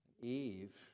Eve